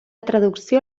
traducció